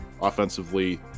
offensively